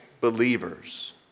believers